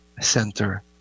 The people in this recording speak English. center